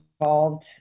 involved